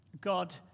God